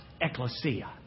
Ecclesia